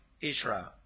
Israel